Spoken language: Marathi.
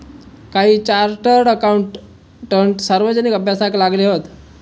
काही चार्टड अकाउटंट सार्वजनिक अभ्यासाक लागले हत